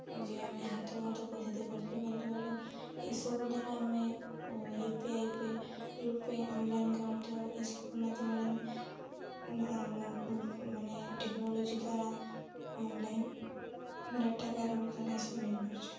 ଯେ ଆମେ ହାତକୁ ହାତ ପଇସା ଦେଇପାରଥିଲୁ କିନ୍ତୁ ଏବଂ ଏସବୁ ଦ୍ୱାରା ଆମେ U P I pay RuPay online କରିଥାଉ ଏସବୁ ମାଧ୍ୟମରେ ଆମେ ମାନେ ଟେକ୍ନୋଲୋଜି ଦ୍ୱାରା ଅନଲାଇନ୍ ଡ଼ାଟା କାରବାର ଦ୍ୱାରା ଏସବୁ ହୋଇପାରୁଛି